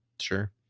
sure